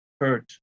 hurt